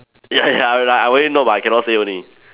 ya ya I like I already know but I cannot say only